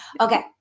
Okay